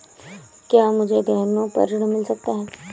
क्या मुझे गहनों पर ऋण मिल सकता है?